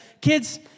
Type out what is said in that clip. kids